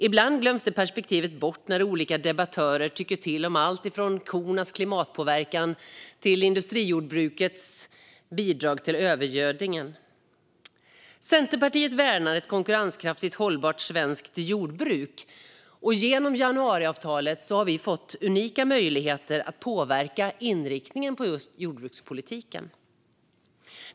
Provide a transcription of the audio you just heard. Ibland glöms det perspektivet bort när olika debattörer tycker till om alltifrån kornas klimatpåverkan till industrijordbrukets bidrag till övergödningen. Centerpartiet värnar ett konkurrenskraftigt, hållbart svenskt jordbruk, och genom januariavtalet har vi fått unika möjligheter att påverka inriktningen på just jordbrukspolitiken.